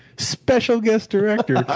special guest director,